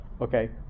Okay